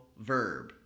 verb